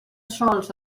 sols